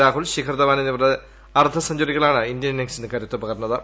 രാഷ്ട്രൂൽ ശിഖർ ധവാൻ എന്നിവരുടെ അർദ്ധ സെഞ്ചുറികളാണ് ഇന്ത്യൻ ഇ്ന്നിംഗ്ങിസിന് കരുത്ത് പകർന്നത്